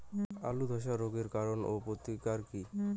আলুর ধসা রোগের কারণ ও প্রতিকার কি?